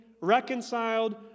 reconciled